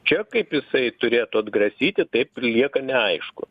čia kaip jisai turėtų atgrasyti taip ir lieka neaišku